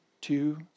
two